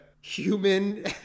human